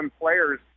players